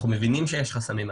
אנחנו מבינים שיש חסמים.